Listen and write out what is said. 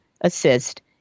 assist